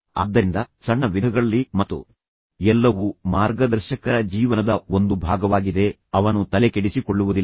ಆದ್ದರಿಂದ ಸಣ್ಣ ವಿಧಗಳಲ್ಲಿ ಮತ್ತು ಎಲ್ಲವೂ ಮಾರ್ಗದರ್ಶಕರ ಜೀವನದ ಒಂದು ಭಾಗವಾಗಿದೆ ಮತ್ತು ನಂತರ ಅವನು ತಲೆಕೆಡಿಸಿಕೊಳ್ಳುವುದಿಲ್ಲ